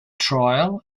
trial